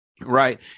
Right